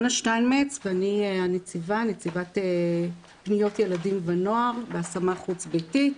אני נציבת פניות ילדים ונוער והשמה חוץ ביתית.